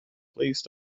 please